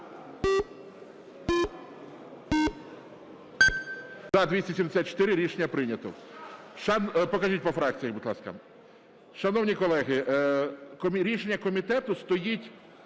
За-274 Рішення прийнято. Покажіть по фракціях, будь ласка. Шановні колеги, рішення комітету стоїть: